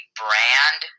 brand